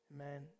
Amen